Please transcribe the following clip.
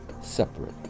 separate